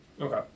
Okay